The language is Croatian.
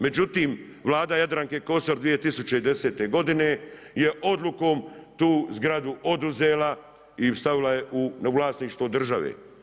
Međutim, vlada Jadranke Kosor 2010. godine je odlukom tu zgradu oduzela i stavila je u vlasništvo države.